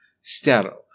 Sterile